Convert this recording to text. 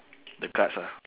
the cards ah